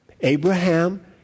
Abraham